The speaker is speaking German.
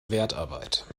wertarbeit